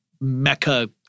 Mecca